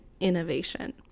innovation